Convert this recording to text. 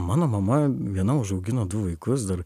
mano mama viena užaugino du vaikus dar